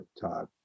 Todd